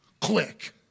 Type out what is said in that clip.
click